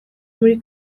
muri